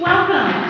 Welcome